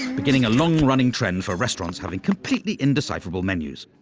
beginning a long-running trend for restaurants having completely indecipherable menus.